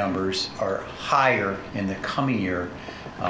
numbers are higher in the coming year